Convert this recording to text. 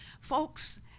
Folks